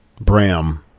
Bram